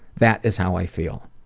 that is how i feel.